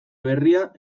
berria